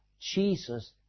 Jesus